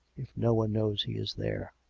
if no one knows he is there.